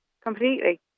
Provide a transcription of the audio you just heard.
Completely